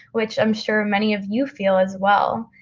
which i'm sure many of you feel as well.